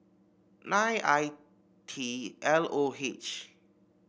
nine I T L O H